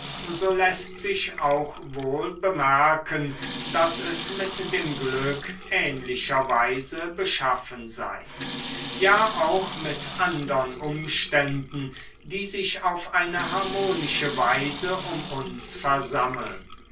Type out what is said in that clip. so läßt sich auch wohl bemerken daß es mit dem glück ähnlicher weise beschaffen sei ja auch mit andern umständen die sich auf eine harmonische weise um uns versammeln